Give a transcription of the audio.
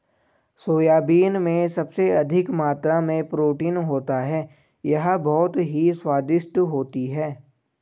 soybean में सबसे अधिक मात्रा में प्रोटीन होता है यह बहुत ही स्वादिष्ट होती हैं